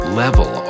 level